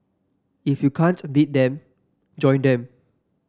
if you can't beat them join them